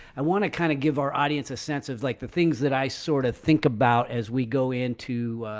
i want to kind of give our audience a sense of like, the things that i sort of think about as we go into,